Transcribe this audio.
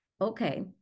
okay